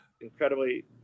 incredibly